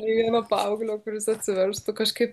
nei vieno paauglio kuris atsiverstų kažkaip